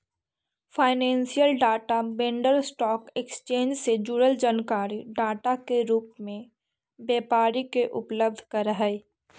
financial data vendor stock exchange से जुड़ल जानकारी डाटा के रूप में व्यापारी के उपलब्ध करऽ हई